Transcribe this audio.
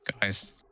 guys